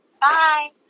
Bye